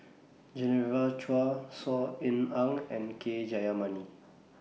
Genevieve Chua Saw Ean Ang and K Jayamani